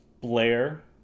Blair